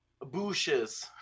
bushes